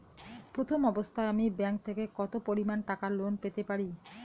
প্রথম অবস্থায় আমি ব্যাংক থেকে কত পরিমান টাকা লোন পেতে পারি?